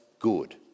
Good